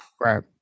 Right